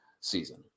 season